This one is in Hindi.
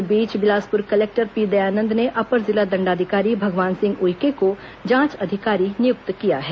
इस बीच बिलासपुर कलेक्टर पी दयानंद ने अपर जिला दंडाधिकारी भगवान सिंह उइके को जांच अधिकारी नियुक्त किया है